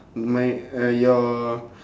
my uh your